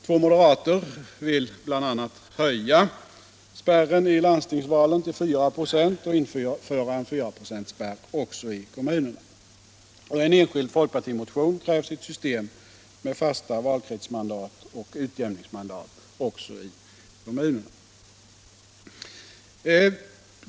Två moderater vill bl.a. höja spärren i landstingsvalen till 4 96 och införa en fyraprocentsspärr också i kommunerna. I en enskild folkpartimotion krävs ett system med fasta valkretsmandat och utjämningsmandat också i kommunerna.